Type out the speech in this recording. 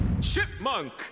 Chipmunk